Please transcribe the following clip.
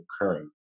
occurring